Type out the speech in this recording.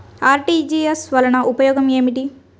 RTGS వలన ఉపయోగం ఏమిటీ?